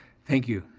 thank you.